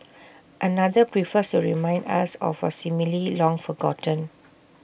another prefers to remind us of A long forgotten